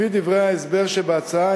לפי דברי ההסבר שבהצעה,